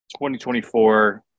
2024